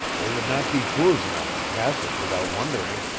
they would not be fools enough to pass it without wondering!